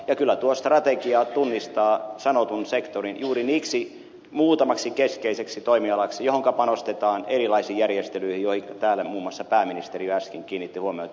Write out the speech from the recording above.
ja kyllä tuo strategia tunnistaa sanotun sektorin juuri sellaiseksi keskeiseksi toimialaksi johonka panostetaan erilaisin järjestelyin joihinka täällä muun muassa pääministeri jo äsken kiinnitti huomiota